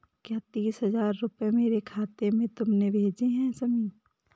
क्या तीस हजार रूपए मेरे खाते में तुमने भेजे है शमी?